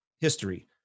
history